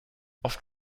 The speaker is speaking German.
oft